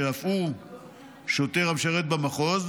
שאף הוא שוטר המשרת במחוז,